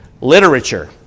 literature